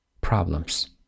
problems